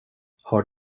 har